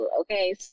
okay